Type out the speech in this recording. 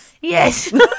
Yes